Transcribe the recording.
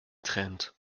trend